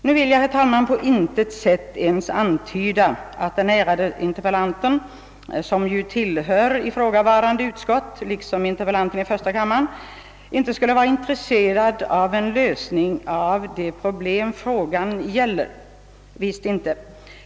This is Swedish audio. Nu vill jag på intet sätt ens antyda att den ärade interpellanten, som ju tillhör nämnda utskott, liksom interpellanten i första kammaren, inte skulle vara intresserad av en lösning på de problem frågan gäller.